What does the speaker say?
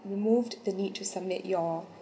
removed the need to submit your